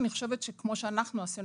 אני חושבת שכמו שאנחנו עשינו,